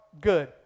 Good